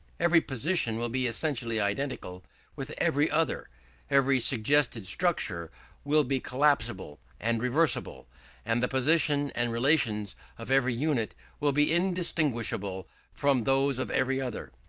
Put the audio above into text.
every position will be essentially identical with every other every suggested structure will be collapsible and reversible and the position and relations of every unit will be indistinguishable from those of every other.